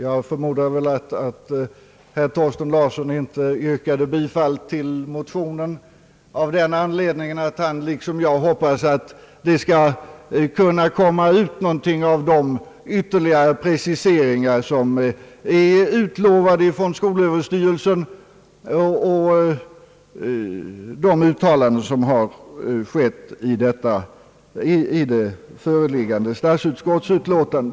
Jag förmodar att orsaken till att herr Thorsten Larsson inte yrkade bifall till motionen var att han liksom jag hoppas, att det skall kunna komma ut något av de ytterligare preciseringar, som skolöverstyrelsen utlovat, och de uttalanden som görs i statsutskottets föreliggande utlåtande.